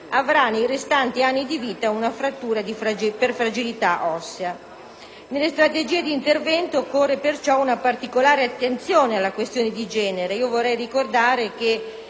avrà nei restanti anni di vita una frattura per fragilità ossea. Nelle strategie d'intervento occorre perciò una particolare attenzione alla questione di genere.